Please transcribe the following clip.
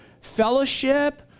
fellowship